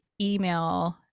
email